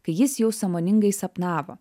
kai jis jau sąmoningai sapnavo